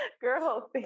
Girl